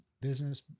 business